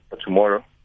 tomorrow